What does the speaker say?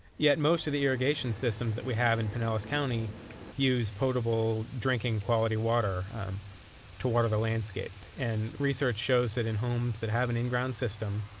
yet most of the irrigation systems that we have in pinellas county use potable drinking quality water to water the landscape. and research shows that in homes that have an inground system,